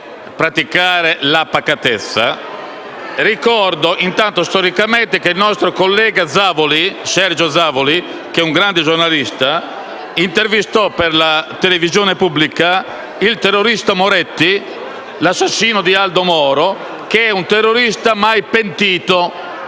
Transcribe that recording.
praticare la pacatezza, ricordo storicamente che il nostro collega Sergio Zavoli, che è un grande giornalista, intervistò per la televisione pubblica il terrorista Moretti, l'assassino di Aldo Moro, un terrorista che non